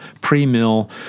pre-mill